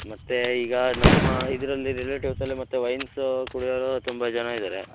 ಮತ್ತು ಈಗ ನಮ್ಮ ಇದರಲ್ಲಿ ರಿಲೇಟಿವ್ಸಲ್ಲಿ ಮತ್ತೆ ವೈನ್ಸು ಕುಡಿಯೋರು ತುಂಬ ಜನ ಇದ್ದಾರೆ